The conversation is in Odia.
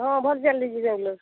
ହଁ ଭଲ ଚାଲିଛି ବାଙ୍ଗାଲୋରରେ